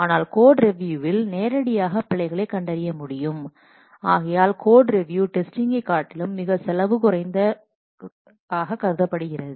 ஆனால் கோட்ரிவியூவில் நேரடியாக பிழைகளை கண்டறிய முடியும் ஆகையால் கோட்ரிவியூ டெஸ்டிங்கை காட்டிலும் மிகவும் செலவு குறைந்த குறைந்ததாக கருதப்படுகிறது